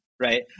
Right